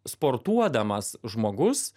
sportuodamas žmogus